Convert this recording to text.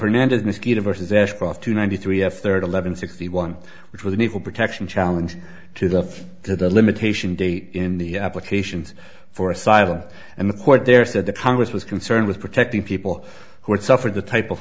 hernandez mosquito versus ashcroft two ninety three f there to leaven sixty one which was an equal protection challenge to the to the limitation day in the applications for asylum and the court there said that congress was concerned with protecting people who had suffered the type of